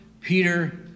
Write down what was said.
Peter